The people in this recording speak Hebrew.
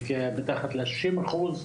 מדובר על מתחת ל-60%.